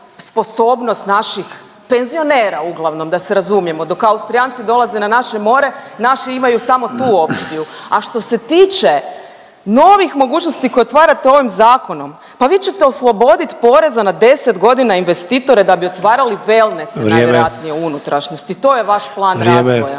naših penzionera uglavnom da se razumijemo dok Austrijanci dolaze na naše more naši imaju samo tu opciju. A što se tiče novih mogućnosti koje otvarate ovim zakonom, pa vi ćete oslobodit poreza na 10 godina investitore da bi otvarali wellnesse najvjerojatnije…/Upadica Sanader: